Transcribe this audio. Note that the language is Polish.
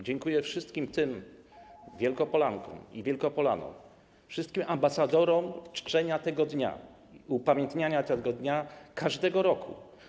Dziękuję wszystkim tym Wielkopolankom i Wielkopolanom, wszystkim ambasadorom czczenia tego dnia, upamiętniania tego dnia każdego roku.